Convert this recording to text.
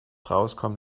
rauskommt